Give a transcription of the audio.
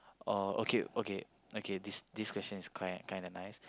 or okay okay okay this this question is quite kind of nice